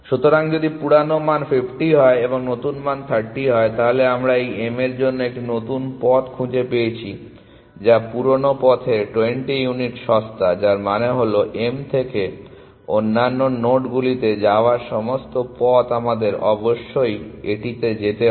সুতরাং যদি পুরানো মান 50 হয় এবং নতুন মান 30 হয় তাহলে আমরা এই m এর জন্য একটি নতুন পথ খুঁজে পেয়েছি যা পুরানো পথের চেয়ে 20 ইউনিট সস্তা যার মানে হল m থেকে অন্যান্য নোডগুলিতে যাওয়ার সমস্ত পথ আমাদের অবশ্যই এটিতে যেতে হবে